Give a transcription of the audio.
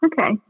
okay